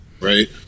right